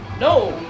No